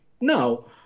No